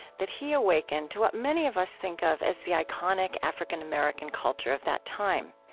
that he awakened to what many of us think of as the iconic african-american culture of that time.